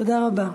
תודה רבה.